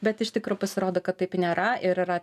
bet iš tikro pasirodo kad taip nėra ir yra